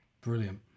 Brilliant